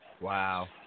wow